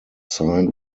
signed